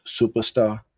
superstar